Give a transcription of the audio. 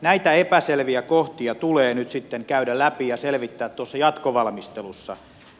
näitä epäselviä kohtia tulee nyt sitten käydä läpi ja selvittää tuossa jatkovalmistelussa